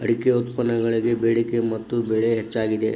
ಅಡಿಕೆ ಉತ್ಪನ್ನಗಳಿಗೆ ಬೆಡಿಕೆ ಮತ್ತ ಬೆಲೆ ಹೆಚ್ಚಾಗಿದೆ